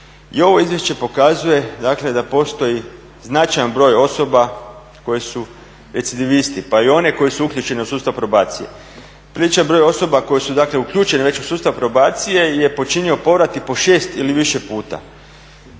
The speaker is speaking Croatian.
I ovo izvješće pokazuje, dakle da postoji značajan broj osoba koje su recidivisti, pa i one koji su uključeni u sustav probacije. Priličan broj osoba koje su dakle uključene već u sustav probacije je počinio povrat i po šest ili više puta.